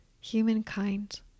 Humankind